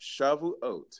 Shavuot